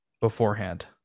beforehand